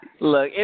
look